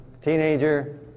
teenager